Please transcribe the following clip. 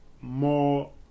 more